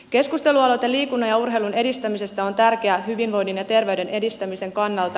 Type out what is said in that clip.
keskustelualoite liikunnan ja urheilun edistämisestä on tärkeä hyvinvoinnin ja terveyden edistämisen kannalta